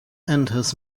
enters